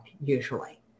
usually